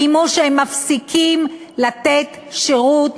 איימו שהם מפסיקים לתת שירות,